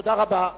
תודה רבה.